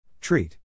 Treat